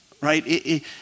right